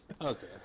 Okay